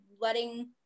letting